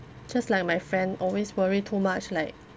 just like my friend always worry too much like